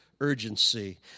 urgency